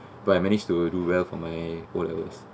but I managed to do well for my O levels